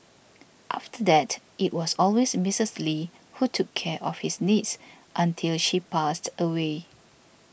after that it was always Misters Lee who took care of his needs until she passed away